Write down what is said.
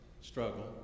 struggle